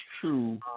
true